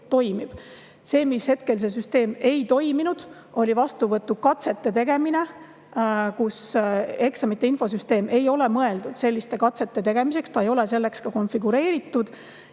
nüüd ühel hetkel ei toiminud, oli vastuvõtukatsete tegemine. Eksamite infosüsteem ei ole mõeldud selliste katsete tegemiseks, ta ei ole selleks ka konfigureeritud.